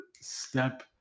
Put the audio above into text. step